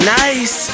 nice